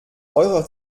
eurer